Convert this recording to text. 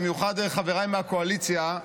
במיוחד חבריי מהקואליציה,